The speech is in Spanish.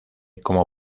como